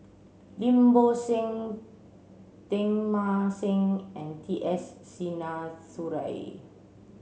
Lim Bo Seng Teng Mah Seng and T S Sinnathuray